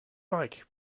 bike